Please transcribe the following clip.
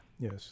yes